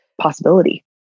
possibility